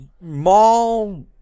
mall